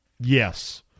Yes